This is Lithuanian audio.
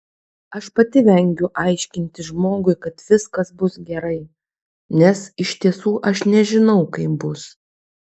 aš pati vengiu aiškinti žmogui kad viskas bus gerai nes iš tiesų aš nežinau kaip bus